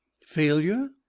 Failure